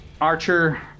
Archer